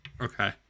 Okay